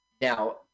now